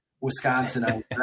wisconsin